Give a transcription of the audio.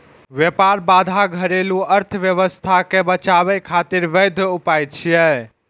व्यापार बाधा घरेलू अर्थव्यवस्था कें बचाबै खातिर वैध उपाय छियै